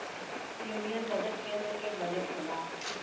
union budget केन्द्र के budget होला